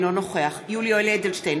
אינו נוכח יולי יואל אדלשטיין,